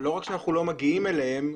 לא רק שאנחנו לא מגיעים אליהם,